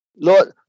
Lord